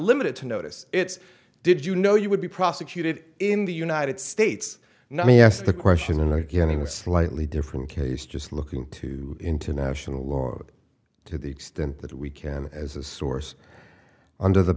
limited to notice it's did you know you would be prosecuted in the united states not me ask the question again in a slightly different case just looking to international law to the extent that we can as a source under the